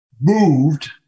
moved